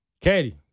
Katie